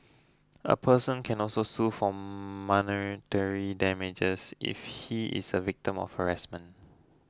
a person can also sue for monetary damages if he is a victim of harassment